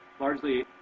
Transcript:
largely